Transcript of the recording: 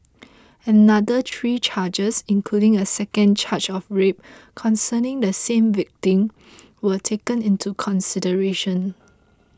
another three charges including a second charge of rape concerning the same victim were taken into consideration